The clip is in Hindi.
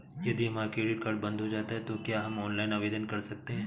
यदि हमारा क्रेडिट कार्ड बंद हो जाता है तो क्या हम ऑनलाइन आवेदन कर सकते हैं?